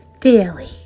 daily